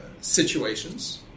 situations